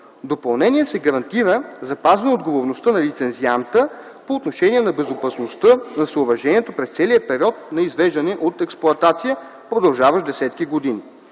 допълнение се гарантира запазване отговорността на лицензианта по отношение на безопасността на съоръжението през целия период на извеждане от експлоатация, продължаващ десетки години.